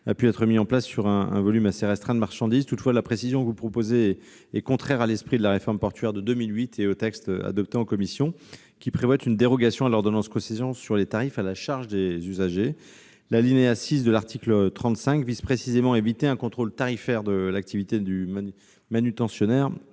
a pu être mis en place sur un volume assez restreint de marchandises. Toutefois, la précision que vous proposez est contraire à l'esprit de la réforme portuaire de 2008 et au texte adopté en commission, qui prévoit une dérogation à l'ordonnance Concessions sur les tarifs à la charge des usagers. L'alinéa 6 de l'article 35 vise précisément à éviter un contrôle tarifaire de l'activité du manutentionnaire